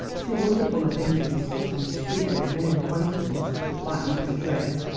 too wonderful a thing to discuss on the street with a mere acquaintance like miss tripp.